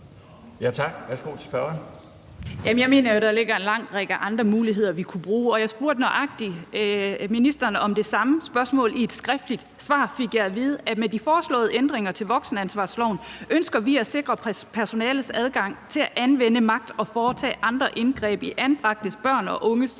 Theresa Berg Andersen (SF): Jeg mener jo, at der ligger en lang række andre muligheder, vi kunne bruge. Jeg spurgte ministeren om nøjagtig det samme, og i et skriftligt svar fik jeg at vide, at med de foreslåede ændringer til voksenansvarsloven ønsker vi at sikre personalets adgang til at anvende magt og foretage andre indgreb i anbragte børn og unges